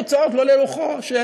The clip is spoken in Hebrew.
התוצאות לא לרוחו של